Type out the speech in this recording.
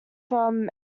from